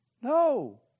No